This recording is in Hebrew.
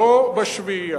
בשביעייה.